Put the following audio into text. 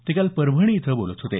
ते काल परभणी इथं बोलत होते